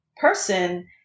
person